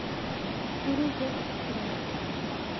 ᱛᱩᱨᱩᱭ ᱜᱮᱞ ᱤᱨᱟᱹᱞ